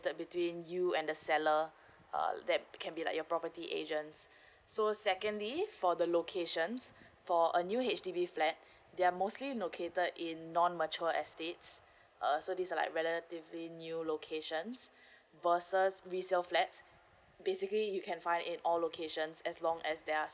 between you and the seller uh that can be like your property agents so secondly for the locations for a new H_D_B flat they're mostly located in non mature estates uh so these are like relatively new locations versus resale flats basically you can find it in all locations as long as there are